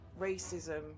racism